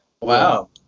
Wow